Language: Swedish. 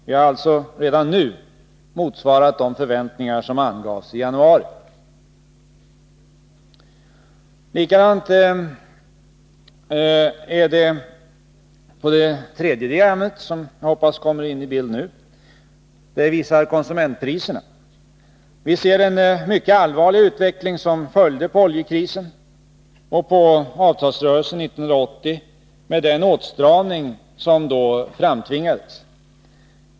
Vi har alltså redan nu motsvarat de förväntningar som angavs i januari. Likadant är det på det tredje diagrammet. Det visar konsumentpriserna. Vi ser den mycket allvarliga utveckling som följde på oljekrisen och på avtalsrörelsen 1980 med den åtstramning som då framtvingades.